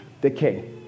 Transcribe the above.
decay